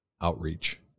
outreach